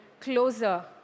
closer